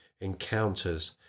encounters